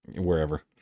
Wherever